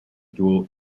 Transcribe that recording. dual